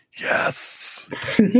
Yes